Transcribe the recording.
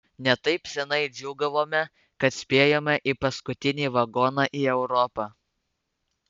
ne taip senai džiūgavome kad spėjome į paskutinį vagoną į europą